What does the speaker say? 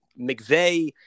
McVeigh